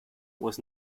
was